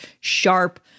sharp